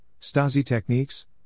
Stasi-Techniques